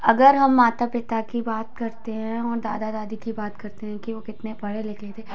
अगर हम माता पिता की बात करते हैं और दादा दादी की बात करते हैं कि वो कितने पढ़े लिखे थे